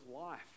life